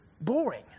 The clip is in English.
boring